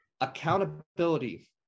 accountability